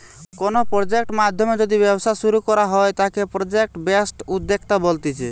কোনো প্রজেক্ট নাধ্যমে যদি ব্যবসা শুরু করা হয় তাকে প্রজেক্ট বেসড উদ্যোক্তা বলতিছে